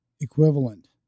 equivalent